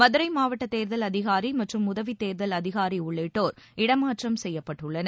மதுரை மாவட்ட தேர்தல் அதிகாரி மற்றும் உதவி தேர்தல் அதிகாரி உள்ளிட்டோர் இட மாற்றம் செய்யப்பட்டுள்ளனர்